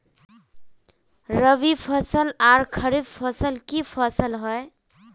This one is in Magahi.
रवि फसल आर खरीफ फसल की फसल होय?